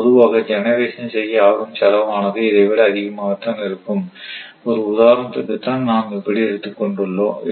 பொதுவாக ஜெனரேஷன் செய்ய ஆகும் செலவு ஆனது இதை விட அதிகமாகத்தான் இருக்கும் ஒரு உதாரணத்துக்காக தான் நாம் இப்படி